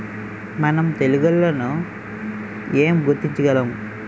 మనం తెగుళ్లను ఎలా గుర్తించగలం?